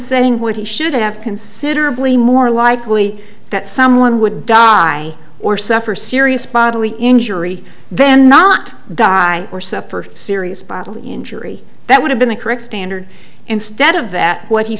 saying what he should have considerably more likely that someone would die or suffer serious bodily injury then not die or suffer serious bodily injury that would have been the correct standard instead of that what he